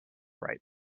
right